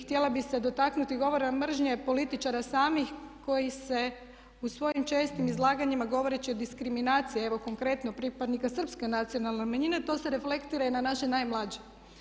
Htjela bih se dotaknuti govora mržnje političara samih koji se u svojim čestim izlaganjima govoreći o diskriminaciji evo konkretno pripadnika srpske nacionalne manjine to se reflektira i na naše najmlađe.